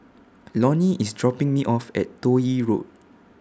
Loni IS dropping Me off At Toh Yi Road